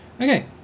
Okay